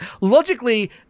Logically